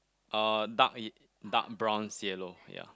uh dark ye~ dark bronze yellow ya